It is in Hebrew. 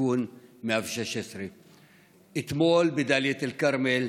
תיקון 116. אתמול בדאלית אל-כרמל,